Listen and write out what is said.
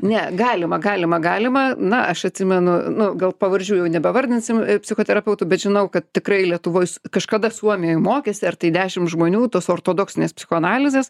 ne galima galima galima na aš atsimenu nu gal pavardžių jau nebevardysim i psichoterapeutų bet žinau kad tikrai lietuvojs kažkada suomijoj mokėsi ar tai dešimt žmonių tos ortodoksinės psichoanalizės